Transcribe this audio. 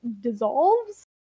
dissolves